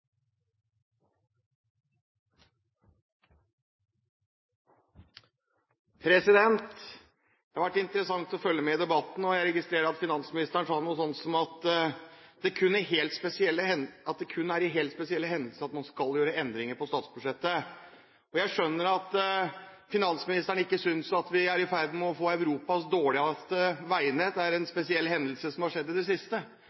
det forslaget han refererte til. Det har vært interessant å følge med i debatten. Jeg registrerer at finansministeren sa noe sånt som at det kun er ved helt spesielle hendelser at man skal gjøre endringer på statsbudsjettet. Jeg skjønner at finansministeren ikke synes at det at vi er i ferd med å få Europas dårligste veinett, er en